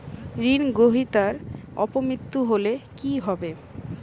ঋণ গ্রহীতার অপ মৃত্যু হলে কি হবে?